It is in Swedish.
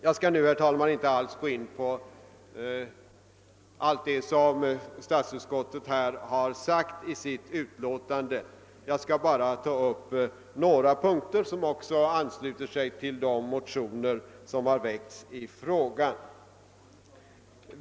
Jag skall, herr talman, inte gå in på allt vad statsutskottet har skrivit i sitt utlåtande; jag skall bara ta upp några synpunkter som också ansluter sig till de motioner som har väckts i frågan.